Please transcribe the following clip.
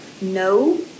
No